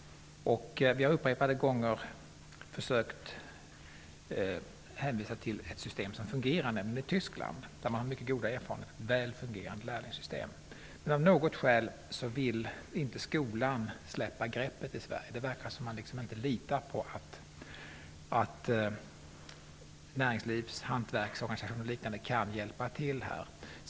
Vi har upprepade gånger försökt hänvisa till ett system som fungerar, nämligen det som finns i Tyskland. Där har man mycket goda erfarenheter av ett väl fungerande lärlingssystem. Av något skäl vill skolan inte släppa greppet i Sverige. Det verkar som om man liksom inte litar på att näringslivet, hantverksorganisationer och liknande kan hjälpa till.